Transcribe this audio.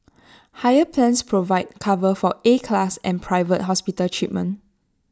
higher plans provide cover for A class and private hospital treatment